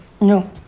no